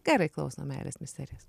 gerai klausom meilės misterijas